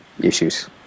issues